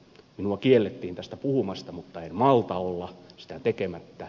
minua kiellettiin tästä puhumasta mutta en malta olla sitä tekemättä